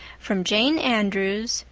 from jane andrews,